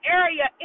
area